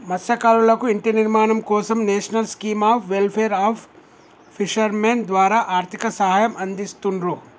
మత్స్యకారులకు ఇంటి నిర్మాణం కోసం National Scheme of Welfare of Fishermen ద్వారా ఆర్థిక సహాయం అందిస్తున్రు